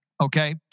okay